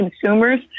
consumers